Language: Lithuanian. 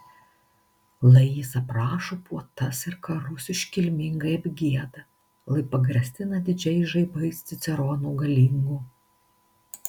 lai jis aprašo puotas ir karus iškilmingai apgieda lai pagrasina didžiais žaibais cicerono galingo